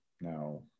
Now